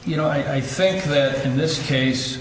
you know i think that in this case